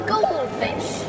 Goldfish